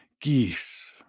geese